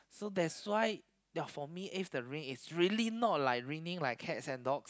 so that's why ya for me if the rain is really not like raining like cats and dogs